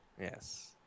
Yes